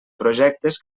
projectes